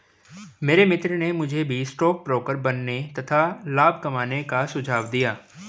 मेरे मित्र ने मुझे भी स्टॉक ब्रोकर बनने तथा लाभ कमाने का सुझाव दिया